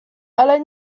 ale